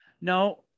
No